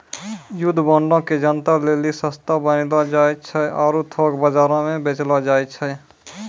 युद्ध बांडो के जनता लेली सस्ता बनैलो जाय छै आरु थोक बजारो मे बेचलो जाय छै